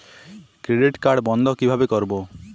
Credit card বন্ধ কিভাবে করবো?